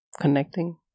connecting